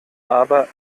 aber